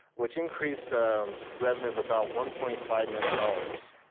which increased um revenue of about one point five million dollars.